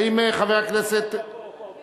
האם חבר הכנסת, הוא פה.